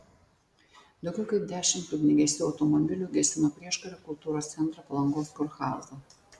daugiau kaip dešimt ugniagesių automobilių gesino prieškario kultūros centrą palangos kurhauzą